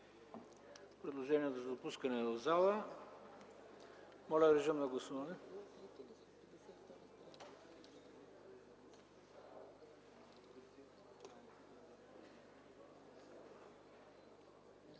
Предложение за допускане в зала. Моля, режим на гласуване.